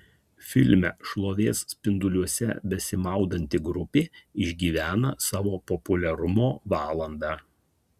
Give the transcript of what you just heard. filme šlovės spinduliuose besimaudanti grupė išgyvena savo populiarumo valandą